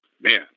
man